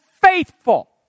faithful